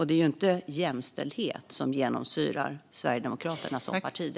Det är inte direkt jämställdhet som genomsyrar Sverigedemokraterna som parti.